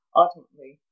ultimately